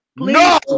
No